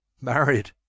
Married